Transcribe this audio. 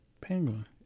Penguin